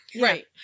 Right